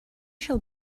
shall